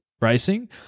Racing